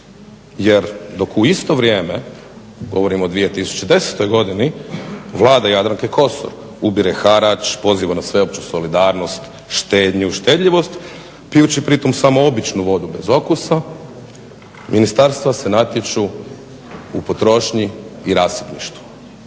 jer dok u isto vrijeme, govorim o 2010. godini, Vlada Jadranke Kosor ubire harač, poziva na sveopću solidarnost, štednju, štedljivost pijući pritom samo običnu vodu bez okusa, ministarstva se natječu u potrošnji i rasipništvu.